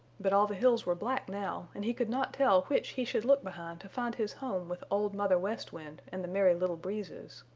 but all the hills were black now and he could not tell which he should look behind to find his home with old mother west wind and the merry little breezes.